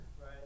Right